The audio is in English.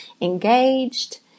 engaged